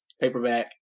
Paperback